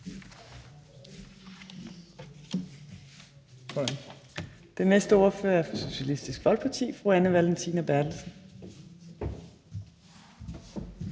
Den næste ordfører er fra Socialistisk Folkeparti. Fru Anne Valentina Berthelsen.